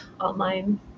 online